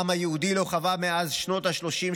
העם היהודי לא חווה מאז שנות השלושים